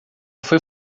foi